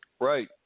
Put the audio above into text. Right